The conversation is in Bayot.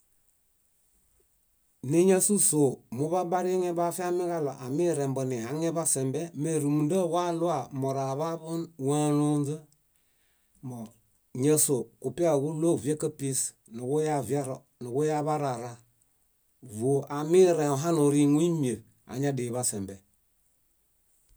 . Níñasusoo muḃabariŋe boafiamiġaɭo amirembo nihaŋeḃasembe. Mérumunda waɭua moraḃaḃun wálonźa. Mbõ ñásoo kúpiawaġuɭo víakapies, nuġuyaviaro, nuġuyaḃarara. Vó amirẽõ hanoriŋuimiṗ añadiḃasembe.